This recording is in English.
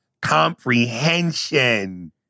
Comprehension